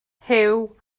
huw